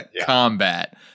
combat